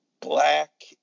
black